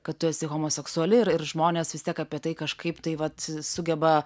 kad tu esi homoseksuali ir ir žmonės vis tiek apie tai kažkaip tai vat sugeba